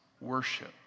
worship